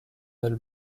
del